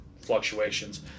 fluctuations